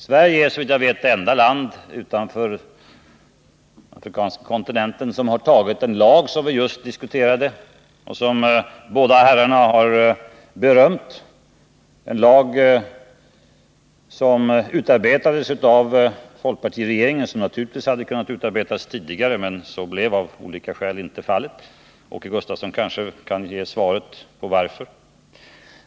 Sverige är såvitt jag vet det enda land utanför afrikanska kontinenten som har antagit en lag på det här området, som vi just diskuterade och som båda herrarna har berömt — en lag som utarbetats av folkpartiregeringen och som naturligtvis kunnat utarbetas tidigare, men så blev av olika skäl inte fallet. Åke Gustavsson kan kanske ge svar på frågan varför.